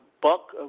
Buck